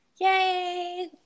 Yay